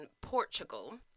Portugal